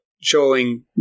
showing